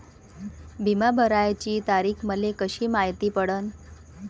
बिमा भराची तारीख मले कशी मायती पडन?